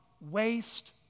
waste